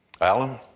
Alan